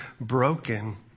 broken